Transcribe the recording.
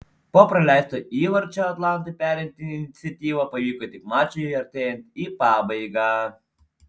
po praleisto įvarčio atlantui perimti iniciatyvą pavyko tik mačui artėjant į pabaigą